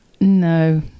no